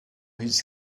his